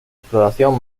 exploración